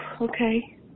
okay